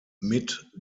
mit